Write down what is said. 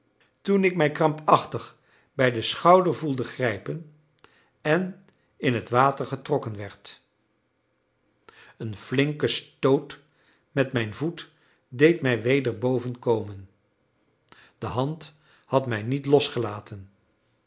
toen ik mij krampachtig bij den schouder voelde grijpen en in het water getrokken werd een flinke stoot met mijn voet deed mij weder boven komen de hand had mij niet losgelaten